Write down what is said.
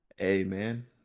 Amen